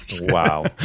Wow